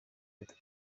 leta